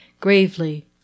gravely